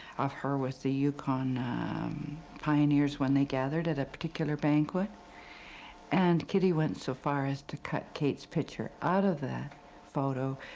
of her with the yukon pioneers when they gathered at a particular banquet and kitty went so far as to cut kate's picture out of that photo,